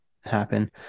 happen